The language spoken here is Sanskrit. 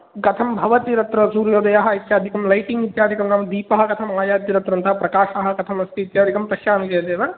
कथं भवति तत्र सूर्योदयः इत्यादिकं लैटिङ्ग् इत्यादिकं नाम दीपः कथम् आयाति तत्र अन्तः प्रकाशः कथमस्ति इत्यादिकं पश्यामि चेदेव